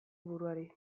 buruari